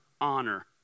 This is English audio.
honor